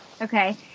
Okay